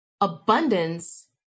Abundance